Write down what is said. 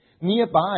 nearby